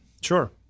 sure